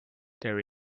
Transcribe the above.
there